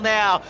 now